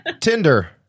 Tinder